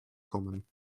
kommen